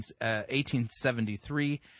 1873